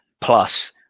Plus